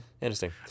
interesting